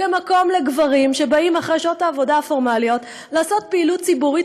כמקום לגברים שבאים אחרי שעות העבודה הפורמליות לעשות פעילות ציבורית,